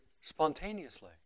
spontaneously